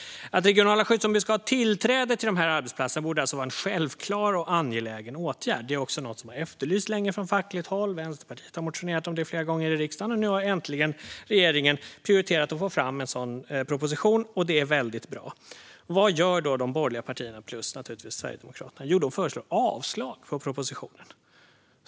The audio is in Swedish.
Att regionala skyddsombud ska ha tillträde till dessa arbetsplatser borde alltså vara en självklar och angelägen åtgärd. Det är också något som har efterlysts länge från fackligt håll. Vänsterpartiet har motionerat om det flera gånger i riksdagen. Nu har regeringen äntligen prioriterat att få fram en sådan proposition, och det är väldigt bra. Vad gör då de borgerliga partierna plus, naturligtvis, Sverigedemokraterna? Jo, de föreslår avslag på propositionen.